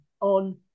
on